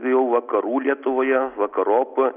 jau vakarų lietuvoje vakarop